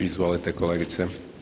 Izvolite kolegice.